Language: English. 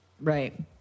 Right